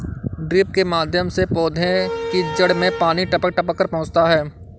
drip के माध्यम से पौधे की जड़ में पानी टपक टपक कर पहुँचता है